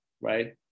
right